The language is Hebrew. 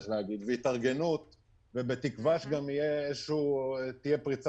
עדיין בבידוד והוא התנדב לעשות בדיקה כזאת בפריז,